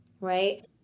Right